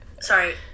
Sorry